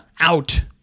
out